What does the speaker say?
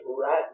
right